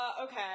okay